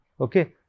Okay